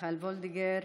מיכל וולדיגר,